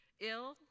ill